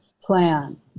plan